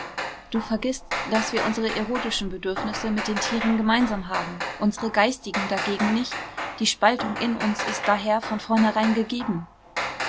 du vergißt daß wir unsere erotischen bedürfnisse mit den tieren gemeinsam haben unsere geistigen da gegen nicht die spaltung in uns ist daher von vornherein gegeben